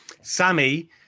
Sammy